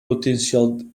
potential